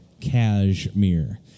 cashmere